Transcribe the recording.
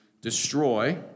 destroy